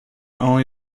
only